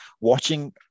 watching